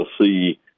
see